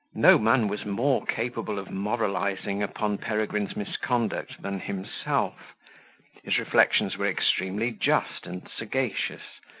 no man was more capable of moralizing upon peregrine's misconduct than himself his reflections were extremely just and sagacious,